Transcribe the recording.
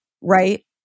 right